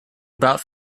about